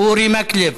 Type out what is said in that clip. אורי מקלב.